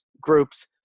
groups